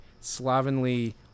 slovenly